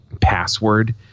password